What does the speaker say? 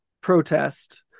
protest